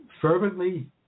Fervently